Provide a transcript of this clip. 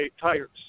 tires